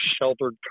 sheltered